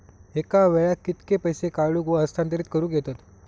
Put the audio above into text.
एका वेळाक कित्के पैसे काढूक व हस्तांतरित करूक येतत?